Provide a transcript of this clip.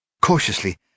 Cautiously